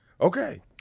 Okay